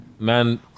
Man